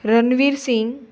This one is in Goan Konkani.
रणवीर सिंग